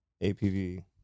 apv